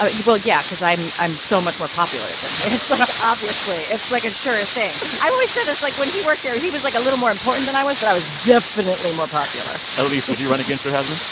but well, yeah, because i'm i'm so much more popular than he is like, obviously, it's like a sure thing. i've always said this. like, when he worked here, he was, like, a little more important than i was. but i was definitely more popular elise, would you run against your husband?